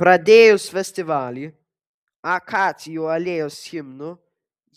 pradėjus festivalį akacijų alėjos himnu